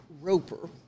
roper